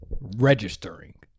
Registering